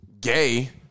gay